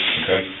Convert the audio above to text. okay